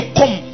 come